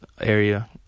area